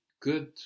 Good